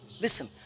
listen